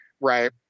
right